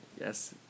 Yes